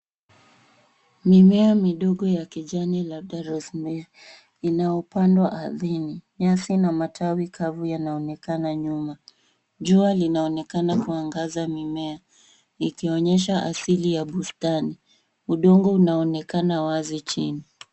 Mimea midogo ya kijani labda Rosemary's inaopandwa aridhini. Nyasi na matawi kafu yanaonekana nyuma. Jua linaonekana kuangaza mimea ikionyesha asili ya bustani. Udongo unaonekana wazi jini.